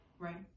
Right